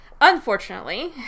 Unfortunately